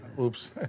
oops